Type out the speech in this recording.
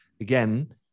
again